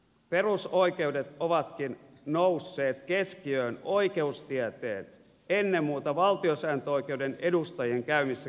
perusoikeudet ovatkin nousseet keskiöön oikeustieteen ennen muuta valtiosääntöoikeuden edustajien käymissä keskusteluissa